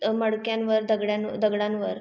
मडक्यांवर दगडान् दगडांवर